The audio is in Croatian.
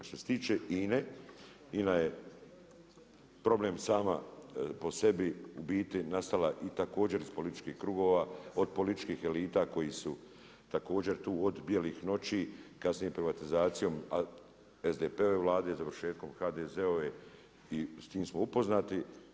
Što se tiče INA-e, INA je problem sama po sebi, u biti nastala i također iz političkih krugova, od političkih elita, koji su također tu od bijelih noći kasnije privatizacijom, ali SDP-ove Vlade, završetkom HDZ-ove i s tim smo upoznati.